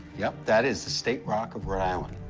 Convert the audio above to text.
yep, that is the state rock of rhode island.